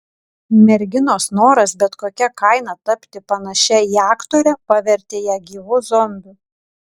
merginos noras bet kokia kaina tapti panašia į aktorę pavertė ją gyvu zombiu